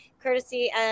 courtesy